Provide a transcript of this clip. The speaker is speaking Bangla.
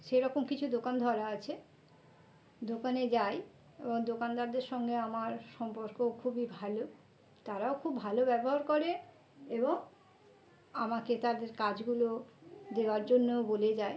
সেরকম কিছু দোকান ধরা আছে দোকানে যাই এবং দোকানদারদের সঙ্গে আমার সম্পর্ক খুবই ভালো তারাও খুব ভালো ব্যবহার করে এবং আমাকে তাদের কাজগুলো দেওয়ার জন্যও বলে যায়